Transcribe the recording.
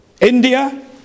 India